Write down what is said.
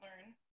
learn